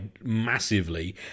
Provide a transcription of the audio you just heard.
massively